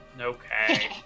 Okay